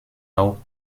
auch